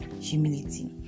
humility